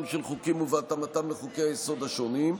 של חוקים ובהתאמתם לחוקי-היסוד השונים,